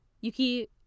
Yuki